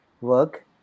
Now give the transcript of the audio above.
work